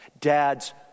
Dad's